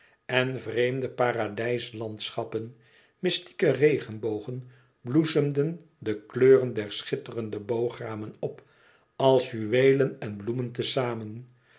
en vreemde paradijslandschappen mystieke regenbogen bloesemden de kleuren der schitterende boogramen op als juweelen en bloemen te zamen